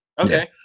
okay